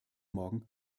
morgen